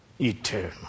Eternal